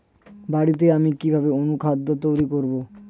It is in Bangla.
বাড়িতে আমি কিভাবে অনুখাদ্য তৈরি করব?